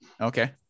Okay